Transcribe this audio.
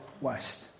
west